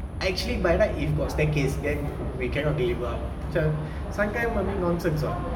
actually by right if got staircase then we cannot deliver up sometime a bit nonsense [one]